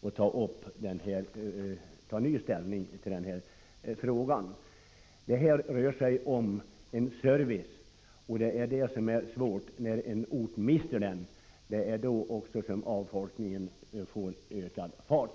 att ta ny ställning till denna fråga? Det rör sig här om service. När en ort mister service, då tar avfolkningen ökad fart.